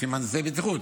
לפי מהנדסי בטיחות,